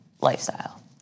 lifestyle